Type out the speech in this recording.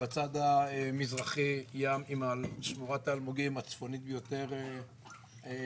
בצד המזרחי ים עם שמורת האלמוגים הצפונית ביותר בעולם,